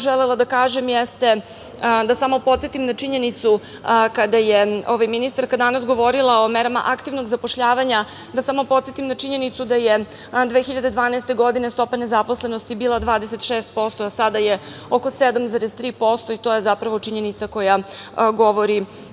želela da kažem jeste da samo podsetim na činjenicu kada je ministarka danas govorila o merama aktivnog zapošljavanja, da samo podsetim na činjenicu da je 2012. godine, stopa nezaposlenosti bila 26%, a sada je oko 7,3% i to je činjenica koja govori